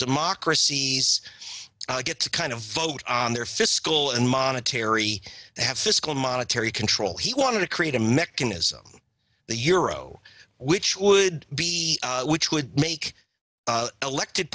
democracies get to kind of vote on their fiscal and monetary they have fiscal monetary control he wanted to create a mechanism the euro which would be which would make elected